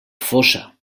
fossa